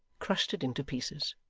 crushed it into pieces.